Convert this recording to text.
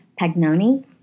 Pagnoni